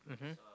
mmhmm